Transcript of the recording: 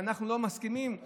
לא מרגישים את זה.